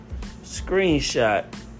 screenshot